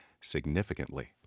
significantly